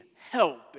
help